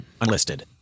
unlisted